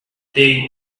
they